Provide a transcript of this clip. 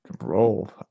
Roll